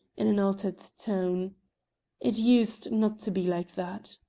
in an altered tone it used not to be like that.